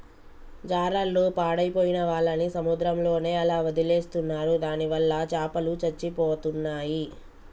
జాలర్లు పాడైపోయిన వాళ్ళని సముద్రంలోనే అలా వదిలేస్తున్నారు దానివల్ల చాపలు చచ్చిపోతున్నాయి